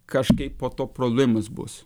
kažkaip po to problemos bus